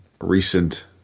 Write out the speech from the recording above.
recent